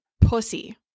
pussy